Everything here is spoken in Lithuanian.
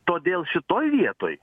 todėl šitoj vietoj